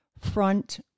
front